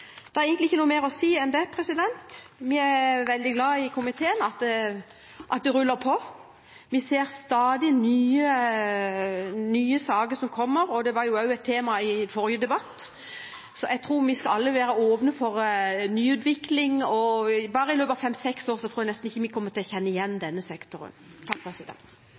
si enn dette. Komiteen er veldig glad for at det ruller på, vi ser stadig nye saker som kommer, og det var også et tema i debatten i forrige sak, så jeg tror vi alle skal være åpne for nyutvikling. Bare i løpet av fem–seks år tror jeg nesten ikke vi kommer til å kjenne igjen denne sektoren.